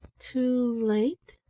too late,